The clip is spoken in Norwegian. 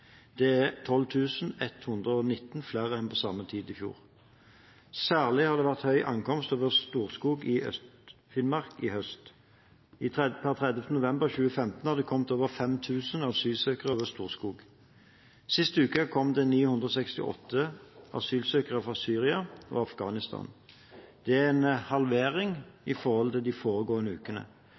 Det er 12 119 flere enn på samme tid i fjor. Særlig har det vært høy ankomst over Storskog i Øst-Finnmark i høst. Per 30. november 2015 har det kommet over 5 000 asylsøkere over Storskog. Sist uke kom det 968 asylsøkere fra Syria og Afghanistan. Det er en halvering i forhold til de foregående ukene.